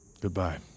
Goodbye